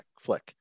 flick